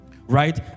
right